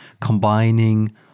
combining –